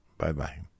Bye-bye